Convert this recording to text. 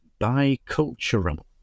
bicultural